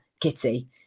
Kitty